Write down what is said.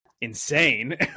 insane